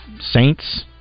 Saints